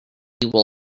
will